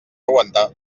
aguantar